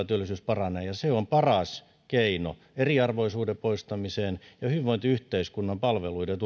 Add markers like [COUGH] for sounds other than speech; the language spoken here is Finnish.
[UNINTELLIGIBLE] työllisyys paranee se on paras keino eriarvoisuuden poistamiseen hyvinvointiyhteiskunnan palveluiden [UNINTELLIGIBLE]